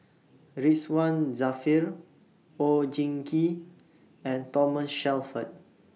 Ridzwan Dzafir Oon Jin Gee and Thomas Shelford